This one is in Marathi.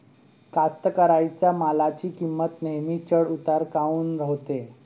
कास्तकाराइच्या मालाची किंमत नेहमी चढ उतार काऊन होते?